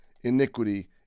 iniquity